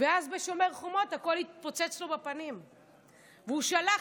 ואז בשומר החומות הכול התפוצץ לו בפנים והוא שלח